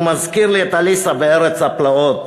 הוא מזכיר לי את עליסה בארץ הפלאות.